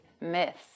myths